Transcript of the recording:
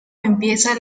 empieza